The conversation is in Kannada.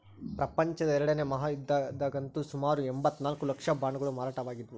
ಪ್ರಪಂಚದ ಎರಡನೇ ಮಹಾಯುದ್ಧದಗಂತೂ ಸುಮಾರು ಎಂಭತ್ತ ನಾಲ್ಕು ಲಕ್ಷ ಬಾಂಡುಗಳು ಮಾರಾಟವಾಗಿದ್ದವು